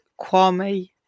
Kwame